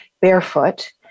barefoot